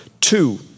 two